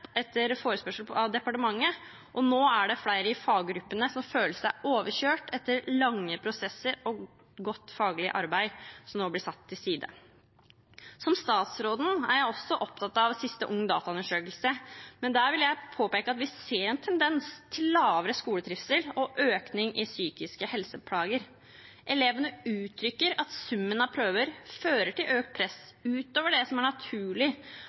det flere i faggruppene som føler seg overkjørt, etter lange prosesser og godt faglig arbeid, som nå blir satt til side. Som statsråden er jeg også opptatt av den siste Ungdata-undersøkelsen, men der vil jeg påpeke at vi ser en tendens til lavere skoletrivsel og en økning i psykiske helseplager. Elevene uttrykker at summen av prøver fører til økt press, utover det som er naturlig